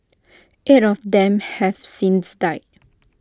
eight of them have since died